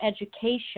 education